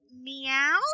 Meow